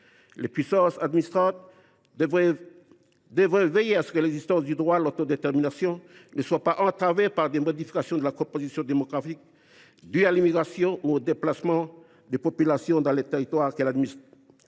Les puissances administrantes devraient veiller à ce que l’exercice du droit à l’autodétermination ne soit pas entravé par des modifications de la composition démographique dues à l’immigration ou au déplacement de populations dans les territoires qu’elles administrent.